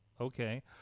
Okay